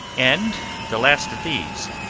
and the last of these,